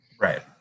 right